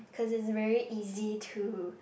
cause it's very easy to